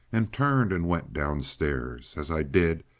and turned and went downstairs. as i did